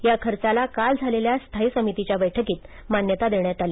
या खर्चाला काल झालेल्या स्थायी समितीच्या बैठकींत मान्यता देण्यात आली